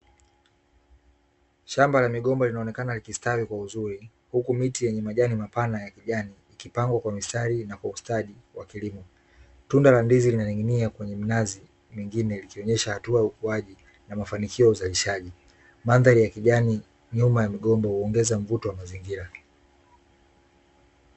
Shamba la migomba linaonekana likistawi kwa uzuri, huku miti yenye majani mapana ya kijani ikipangwa kwa mistari na kwa ustadi wa kilimo. Tunda la ndizi linaning'inia kwenye mnazi, lingine likionesha hatua ukuaji na mafanikio ya uzalishaji, mandhari ya kijani nyuma ya mgomba huongeza mvuto wa mazingira.